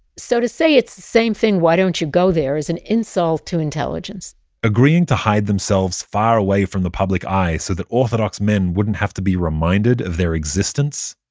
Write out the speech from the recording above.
so to say, it's the same thing, why don't you go there? is an insult to intelligence agreeing to hide themselves far away from the public eye so that orthodox men wouldn't have to be reminded of their existence?